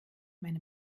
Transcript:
meine